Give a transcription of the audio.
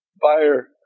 fire